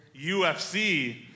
UFC